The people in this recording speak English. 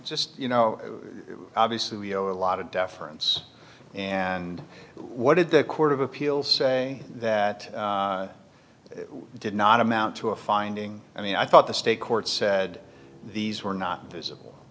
just you know obviously we owe a lot of deference and what did the court of appeal say that did not amount to a finding i mean i thought the state court said these were not visible